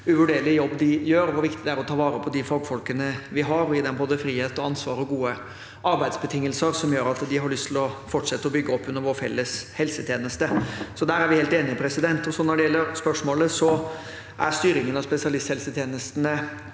uvurderlig jobb de gjør, og hvor viktig det er å ta vare på de fagfolkene vi har, og gi dem både frihet og ansvar og gode arbeidsbetingelser som gjør at de har lyst til å fortsette å bygge opp under vår felles helsetjeneste. Så der er vi helt enige. Når det gjelder spørsmålet: Styringen av spesialisthelsetjenesten